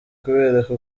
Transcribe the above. kubereka